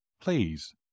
please